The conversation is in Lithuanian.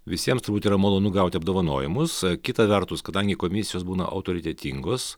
visiems turbūt yra malonu gauti apdovanojimus kita vertus kadangi komisijos būna autoritetingos